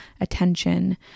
attention